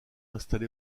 installé